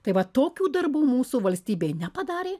tai va tokių darbų mūsų valstybė nepadarė